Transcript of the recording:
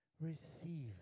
receive